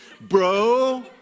bro